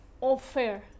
offer